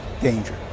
danger